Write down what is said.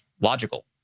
logical